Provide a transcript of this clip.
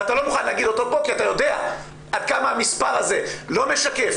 ואתה לא מוכן להגיד אותו פה כי אתה יודע עד כמה המספר הזה לא משקף,